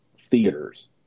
theaters